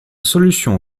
solution